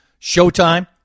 Showtime